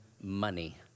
money